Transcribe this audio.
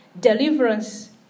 Deliverance